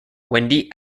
wendy